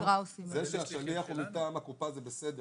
זה שהשליח מטעם הקופה זה בסדר.